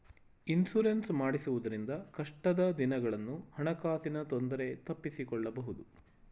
insurance ಮಾಡಿಸುವುದರಿಂದ ಕಷ್ಟದ ದಿನಗಳನ್ನು ಹಣಕಾಸಿನ ತೊಂದರೆ ತಪ್ಪಿಸಿಕೊಳ್ಳಬಹುದು